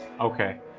Okay